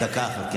דקה אחת.